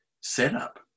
setup